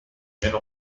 meno